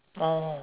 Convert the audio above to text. oh